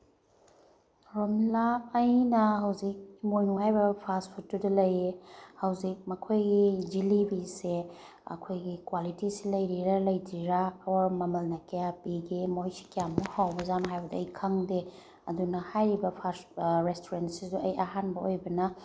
ꯔꯣꯃꯤꯂꯥ ꯑꯩꯅ ꯍꯧꯖꯤꯛ ꯏꯃꯣꯏꯅꯨ ꯍꯥꯏꯔꯤꯕ ꯐꯥꯁ ꯐꯨꯠꯇꯨꯗ ꯂꯩꯌꯦ ꯍꯧꯖꯤꯛ ꯃꯈꯣꯏꯒꯤ ꯖꯤꯂꯤꯕꯤꯁꯦ ꯑꯩꯈꯣꯏꯒꯤ ꯀ꯭ꯋꯥꯂꯤꯇꯤꯁꯦ ꯂꯩꯔꯤꯔꯥ ꯂꯩꯇ꯭ꯔꯤꯔꯥ ꯑꯣꯔ ꯃꯃꯜꯅ ꯀꯌꯥ ꯄꯤꯒꯦ ꯃꯣꯏꯁꯤ ꯀꯌꯥꯃꯨꯛ ꯍꯥꯎꯕ ꯖꯥꯠꯅꯣ ꯍꯥꯏꯕꯗꯣ ꯈꯪꯗꯦ ꯑꯗꯨꯅ ꯍꯥꯏꯔꯤꯕ ꯐꯥꯁ ꯔꯦꯁꯇꯨꯔꯦꯟꯁꯤꯁꯨ ꯑꯩ ꯑꯍꯥꯟꯕ ꯑꯣꯏꯕꯅ